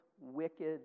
wicked